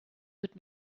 would